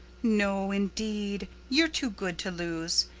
no, indeed. you're too good to lose.